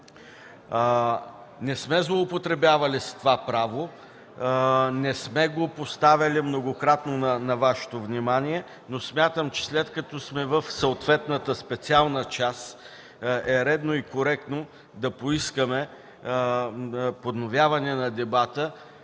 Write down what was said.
Не сме злоупотребявали с това право, не сме го поставяли многократно на Вашето внимание, но смятам, че след като сме в съответната специална част, е редно и коректно да поискаме подновяване на дебата,